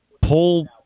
pull